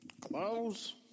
Close